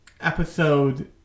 episode